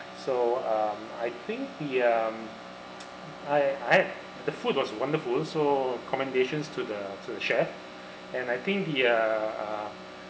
so um I think the um I I the food was wonderful so commendations to the to the chef and I think the uh um